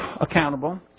accountable